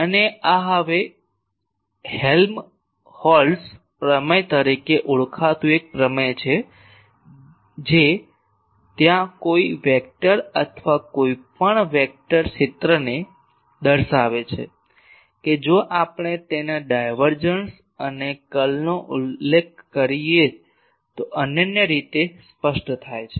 અને આ હવે હેલ્મહોલ્ટ્ઝ પ્રમેય તરીકે ઓળખાતું એક પ્રમેય છે જે ત્યાં કોઈ વેક્ટર અથવા કોઈ પણ વેક્ટર ક્ષેત્રને દર્શાવે છે કે જો આપણે તેના ડાયવર્જન્સ અને કર્લનો ઉલ્લેખ કરીએ તો અનન્ય રીતે સ્પષ્ટ થાય છે